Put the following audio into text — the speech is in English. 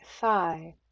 thigh